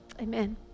Amen